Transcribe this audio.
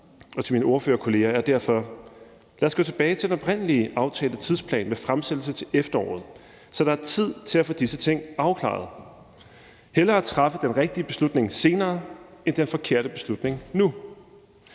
til mine ordførerkolleger er derfor: Lad os gå tilbage til den oprindelige aftaletidsplan med fremsættelse til efteråret, så der er tid til at få disse ting afklaret. Vi skal hellere træffe den rigtige beslutning senere end den forkerte beslutning nu.